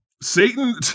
Satan